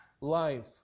life